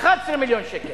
11 מיליון שקל.